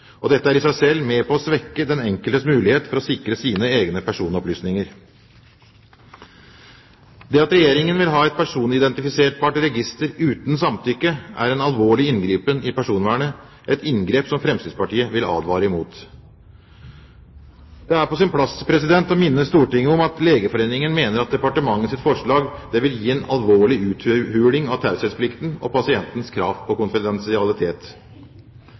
Dette er i seg selv med på å svekke den enkeltes mulighet for å sikre sine egne personopplysninger. Det at Regjeringen vil ha et personidentifiserbart register uten samtykke, er en alvorlig inngripen i personvernet – et inngrep som Fremskrittspartiet vil advare mot. Det er på sin plass å minne Stortinget om at Legeforeningen mener at departementets forslag vil gi en alvorlig uthuling av taushetsplikten og pasientens krav på konfidensialitet.